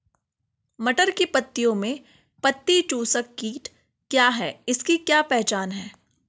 मटर की पत्तियों में पत्ती चूसक कीट क्या है इसकी क्या पहचान है?